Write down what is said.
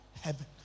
heaven